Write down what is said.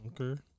Okay